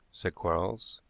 said quarles.